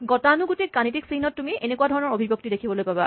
গতানুগতিক গাণিতিক চিহ্নত তুমি এনেকুৱা ধৰণৰ অভিব্যক্তি দেখিব পাৰা